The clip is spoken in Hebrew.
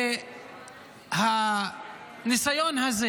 והניסיון הזה